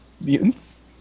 mutants